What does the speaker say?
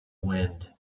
wind